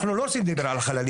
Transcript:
אנחנו לא נדבר על החללים,